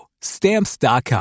stamps.com